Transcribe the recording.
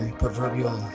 proverbial